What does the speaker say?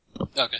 Okay